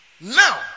Now